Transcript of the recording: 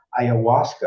ayahuasca